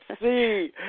see